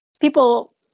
people